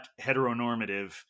heteronormative